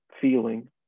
feeling